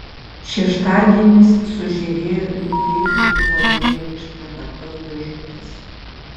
šeštadienis sužėrėjo lyg deimantų koljė iš pravertos dėžutės